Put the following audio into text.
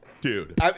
Dude